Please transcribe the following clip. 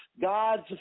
God's